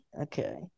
okay